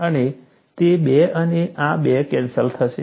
અને તે 2 અને આ 2 કેન્સલ થશે